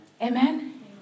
Amen